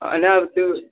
होइन अब त्यो